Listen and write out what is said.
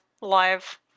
live